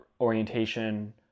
orientation